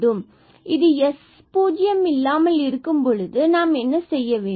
எனவே இது s 0 இல்லாமல் இருக்கும் பொழுது நாம் என்ன செய்ய வேண்டும்